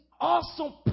awesome